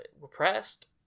repressed